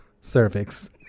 cervix